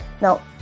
Now